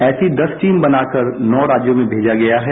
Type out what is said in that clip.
ऐसी दस टीम बनाकर नौ राज्यों में भेजा गया है